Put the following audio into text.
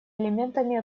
элементами